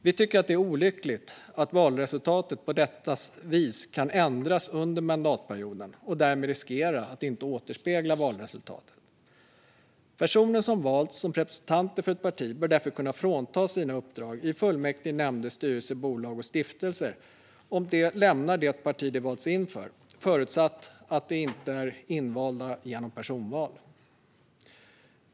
Vi tycker att det är olyckligt att fördelningen på detta vis kan ändras under mandatperioden och därmed riskera att inte återspegla valresultatet. Personer som valts som representanter för ett parti bör därför kunna fråntas sina uppdrag i fullmäktige, nämnder, styrelser, bolag och stiftelser om de lämnar det parti de valts in för, förutsatt att de inte är invalda genom personval.